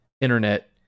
internet